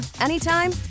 anytime